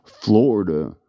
Florida